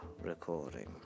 Recording